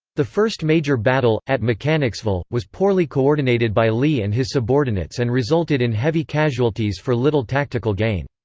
the first major battle, at mechanicsville, was poorly coordinated by lee and his subordinates and resulted in heavy casualties for little tactical gain.